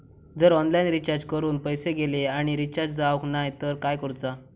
जर online recharge करून पैसे गेले आणि रिचार्ज जावक नाय तर काय करूचा?